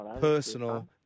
personal